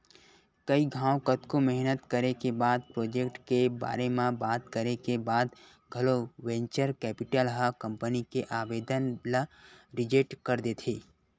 कई घांव कतको मेहनत करे के बाद प्रोजेक्ट के बारे म बात करे के बाद घलो वेंचर कैपिटल ह कंपनी के आबेदन ल रिजेक्ट कर देथे